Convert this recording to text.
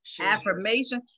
affirmation